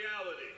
reality